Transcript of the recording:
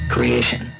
Creation